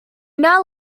now